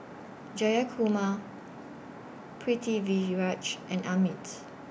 Jayakumar Pritiviraj and Amit